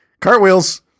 Cartwheels